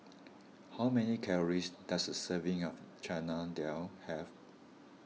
how many calories does a serving of Chana Dal have